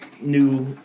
new